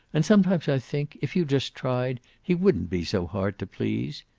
and sometimes i think, if you just tried, he wouldn't be so hard to please.